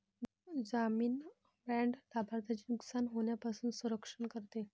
जामीन बाँड लाभार्थ्याचे नुकसान होण्यापासून संरक्षण करते